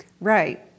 Right